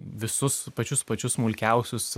visus pačius pačius smulkiausius